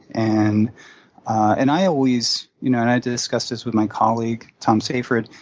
and and i always you know and i discussed this with my colleague, thomas seyfried,